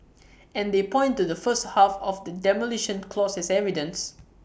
and they point to the first half of the Demolition Clause as evidence